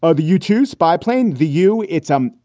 ah the u two spy plane. the u. it's um